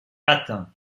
atteint